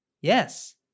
Yes